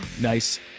Nice